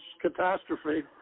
catastrophe